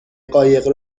قایق